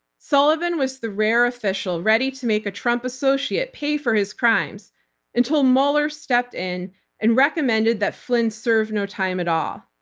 sullivan was the rare official ready to make a trump associate pay for his crimes until mueller stepped in and recommended that flynn serve no time at all.